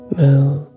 move